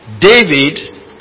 David